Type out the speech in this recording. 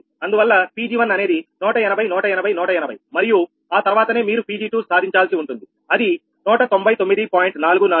అందువల్ల Pg1 అనేది 180180180 మరియు ఆ తర్వాతనే మీరు Pg2 సాధించాల్సి ఉంటుంది అది 199